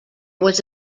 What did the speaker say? was